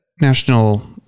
National